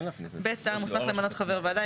(ב)שר המוסמך למנות חבר ועדה,